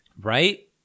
Right